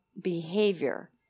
behavior